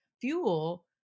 fuel